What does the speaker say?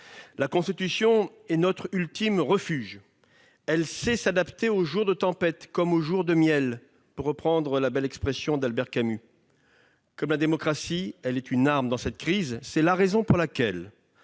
La Constitution est notre ultime refuge. Elle sait s'adapter aux jours de tempête comme aux jours de miel, pour reprendre la belle expression d'Albert Camus. Comme la démocratie, elle est une arme dans cette crise. C'est la raison pour laquelle